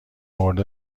مورد